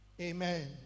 Amen